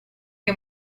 che